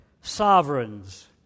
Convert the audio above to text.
sovereigns